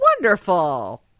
wonderful